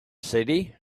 city